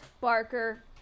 Barker